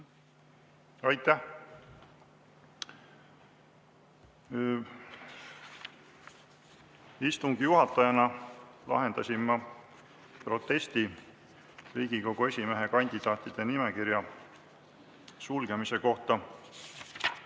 Aitäh! Istungi juhatajana lahendasin ma protesti Riigikogu esimehe kandidaatide nimekirja sulgemise kohta